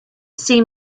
seem